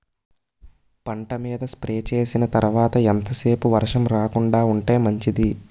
పంట మీద స్ప్రే చేసిన తర్వాత ఎంత సేపు వర్షం రాకుండ ఉంటే మంచిది?